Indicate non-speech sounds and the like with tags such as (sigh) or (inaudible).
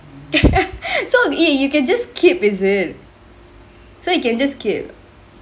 (laughs) so eh you can just click is it you can just click